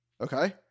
Okay